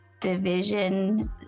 Division